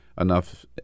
enough